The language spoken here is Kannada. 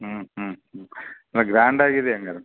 ಹ್ಞೂ ಹ್ಞೂ ಹ್ಞೂ ಅಲ್ಲ ಗ್ರ್ಯಾಂಡಾಗಿದೆ ಹಂಗಾದ್ರೆ